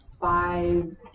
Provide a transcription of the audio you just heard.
five